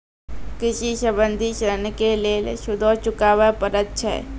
कृषि संबंधी ॠण के लेल सूदो चुकावे पड़त छै?